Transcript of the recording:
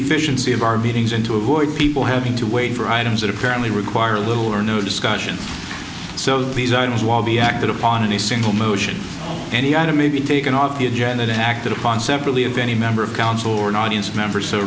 efficiency of our meetings and to avoid people having to wait for items that apparently require little or no discussion so these items will be acted upon in a single motion any item may be taken off the agenda and acted upon separately if any member of council or an audience member so